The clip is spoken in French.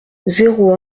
zéro